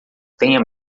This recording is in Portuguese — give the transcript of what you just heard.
tenha